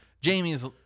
Jamie's